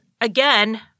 again